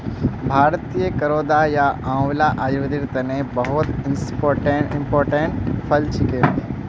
भारतीय करौदा या आंवला आयुर्वेदेर तने बहुत इंपोर्टेंट फल छिके